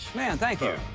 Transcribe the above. man, thank you.